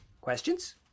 Questions